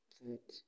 good